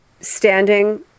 standing